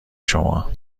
شما